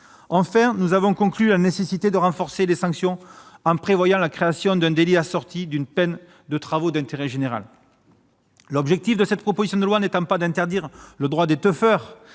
Enfin, nous avons conclu à la nécessité de renforcer les sanctions en prévoyant la création d'un délit assorti d'une peine de travail d'intérêt général. L'objectif est non pas d'interdire les « teufs